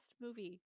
movie